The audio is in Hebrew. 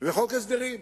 וחוק הסדרים,